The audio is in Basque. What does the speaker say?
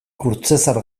kurtzezar